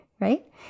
right